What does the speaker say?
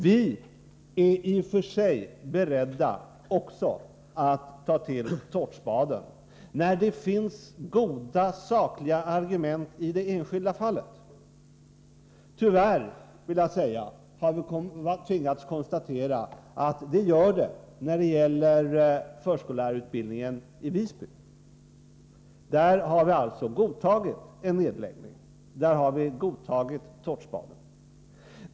Vi är i och för sig också beredda att ta till tårtspadar när det finns goda sakliga argument i det enskilda fallet. Tyvärr har vi tvingats konstatera att det finns det när det gäller förskollärarutbildningen i Visby. Där har vi alltså godtagit en nedläggning, godtagit tårtspaden.